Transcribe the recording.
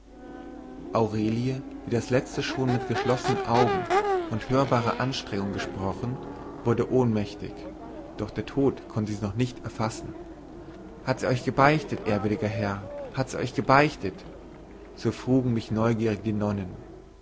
aurelie die das letzte schon mit geschlossenen augen und hörbarer anstrengung gesprochen wurde ohnmächtig doch der tod konnte sie noch nicht erfassen hat sie euch gebeichtet ehrwürdiger herr hat sie euch gebeichtet so frugen mich neugierig die nonnen